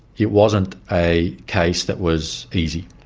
it wasn't a case that was easy.